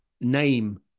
name